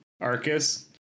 Arcus